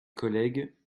collègues